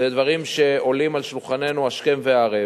זה דברים שעולים על שולחננו השכם והערב.